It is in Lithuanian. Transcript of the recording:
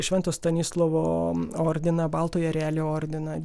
švento stanislovo ordiną baltojo erelio ordiną